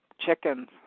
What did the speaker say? chickens